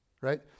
right